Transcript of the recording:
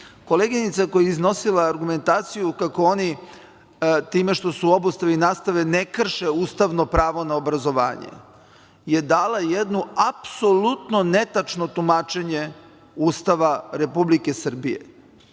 Koleginica koja je iznosila argumentaciju kako oni time što su u obustavi nastave ne krše ustavno pravo na obrazovanje je dala jednu apsolutno netačno tumačenje Ustava Republike Srbije.